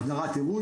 החדרת עירוי,